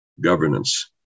governance